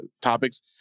topics